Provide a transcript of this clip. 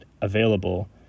available